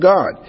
God